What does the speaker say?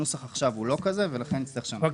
הנוסח עכשיו הוא לא כזה ולכן נצטרך לשנות.